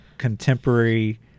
Contemporary